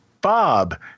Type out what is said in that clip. Bob